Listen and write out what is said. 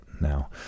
Now